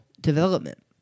development